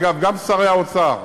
אגב, גם שרי האוצר,